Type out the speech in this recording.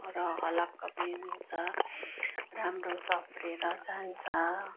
र हलक्क पनि हुन्छ राम्रो सप्रेर जान्छ